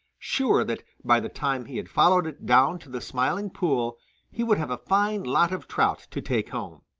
sure that by the time he had followed it down to the smiling pool he would have a fine lot of trout to take home.